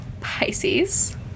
Pisces